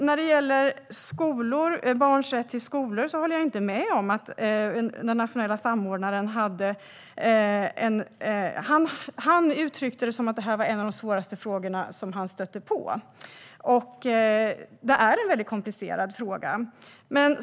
När det gäller barns rätt till skolgång uttryckte den nationella samordnaren att det var en av de svåraste frågor han stötte på, och det är en väldigt komplicerad fråga.